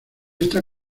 esta